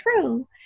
true